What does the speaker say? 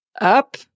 Up